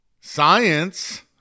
science